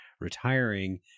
retiring